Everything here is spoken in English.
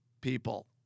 people